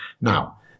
Now